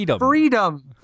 freedom